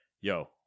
yo